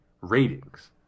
ratings